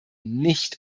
nicht